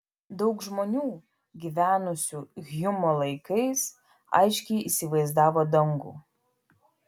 daug žmonių gyvenusių hjumo laikais aiškiai įsivaizdavo dangų